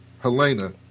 Helena